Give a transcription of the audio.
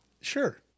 Sure